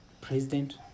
president